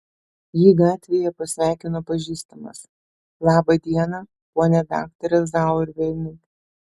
jį gatvėje pasveikino pažįstamas labą dieną pone daktare zauerveinai